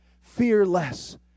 Fearless